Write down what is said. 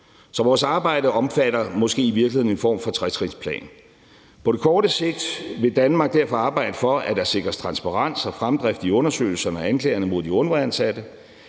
Så vores arbejde omfatter måske i virkeligheden en form for tretrinsplan. På det korte sigt vil Danmark derfor arbejde for, at der sikres transparens og fremdrift i undersøgelserne og anklagerne mod de UNRWA-ansatte.